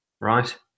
right